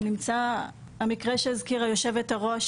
נמצא המקרה שהזכירה היושבת-ראש,